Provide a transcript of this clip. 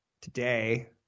today